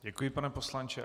Děkuji, pane poslanče.